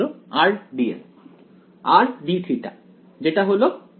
ছাত্র R dl R dθ যেটা হলো